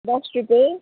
दस रुपियाँ